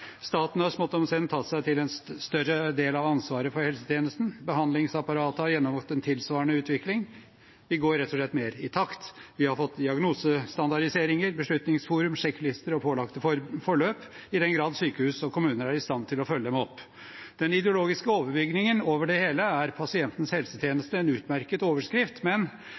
Staten har smått om senn tatt seg til en stadig større del av ansvaret for helsetjenesten. Behandlingsapparatet har gjennomgått en tilsvarende utvikling. Vi går rett og slett mer i takt. Vi har fått diagnosestandardiseringer, beslutningsforum, sjekklister og pålagte forløp – i den grad sykehus og kommuner er i stand til å følge dem opp. Den ideologiske overbygningen over det hele er Pasientens helsetjeneste – en utmerket overskrift